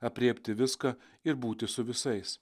aprėpti viską ir būti su visais